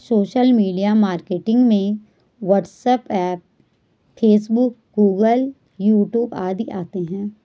social media marketing में WhatsApp Facebook Google YouTube आदि आते है